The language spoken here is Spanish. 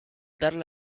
darle